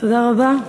תודה רבה.